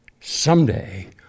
someday